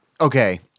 Okay